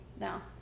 Now